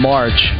March